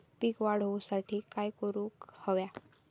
पीक वाढ होऊसाठी काय करूक हव्या?